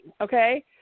okay